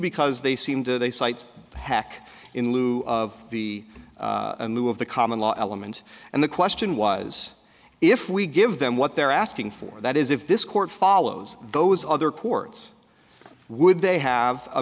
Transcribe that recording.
because they seem to they cite heck in lieu of the new of the common law element and the question was if we give them what they're asking for that is if this court follows those other courts would they have